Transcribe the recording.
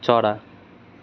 चरा